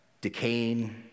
decaying